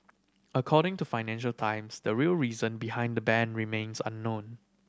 according to Financial Times the real reason behind the ban remains unknown